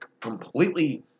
completely